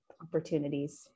opportunities